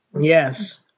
Yes